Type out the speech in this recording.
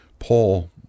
Paul